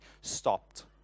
stopped